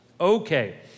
Okay